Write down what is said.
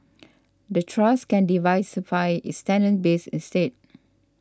the trust can diversify its tenant base instead